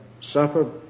suffer